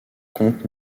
contre